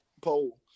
poll